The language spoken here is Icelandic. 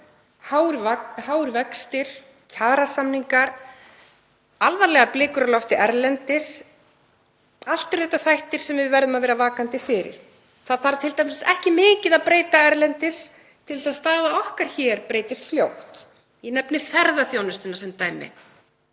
háir vextir, kjarasamningar, alvarlegar blikur á lofti erlendis, eru allt þættir sem við verðum að vera vakandi fyrir. Það þarf t.d. ekki mikið að breytast erlendis til þess að staða okkar hér breytist fljótt. Ég nefni ferðaþjónustuna sem dæmi.